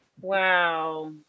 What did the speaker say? Wow